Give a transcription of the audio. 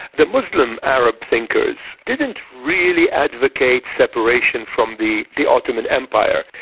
the muslim arab thinkers didn't really advocate separation from the the ottoman empire.